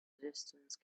distance